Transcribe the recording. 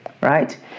right